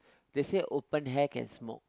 they say open air can smoke